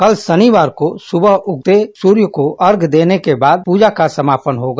कल शनिवार को सुबह उगते सूर्य को अर्घ्य देने के बाद पूजा का समापन होगा